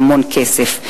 והמון כסף.